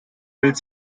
bild